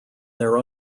their